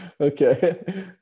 okay